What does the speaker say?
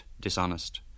dishonest